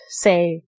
Say